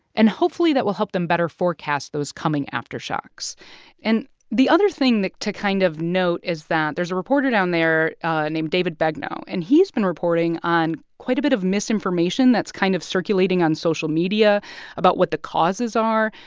and hopefully, that will help them better forecast those coming aftershocks and the other thing to kind of note is that there's a reporter down there named david begnaud. and he's been reporting on quite a bit of misinformation that's kind of circulating on social media about what the causes are.